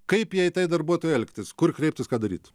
kaip jai tai darbuotojai elgtis kur kreiptis ką daryt